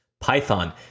Python